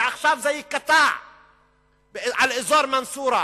ועכשיו זה ייקטע באזור מנסורה.